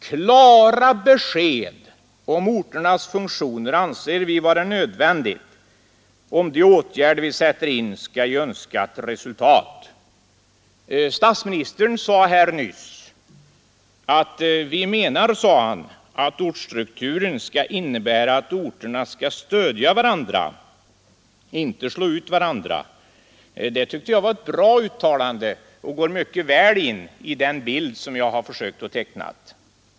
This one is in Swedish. Klara besked om orternas funktioner anser vi vara nödvändiga om de åt vi sätter in skall ge önskat resultat. Vi menar, sade statsministern för en stund sedan, att ortsstrukturen skall innebära att orterna skall stödja varandra, inte slå ut varandra. Det tycker jag var ett bra uttalande, som mycket väl går in i den bild som jag har försökt teckna.